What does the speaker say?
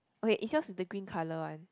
okay is yours the green color one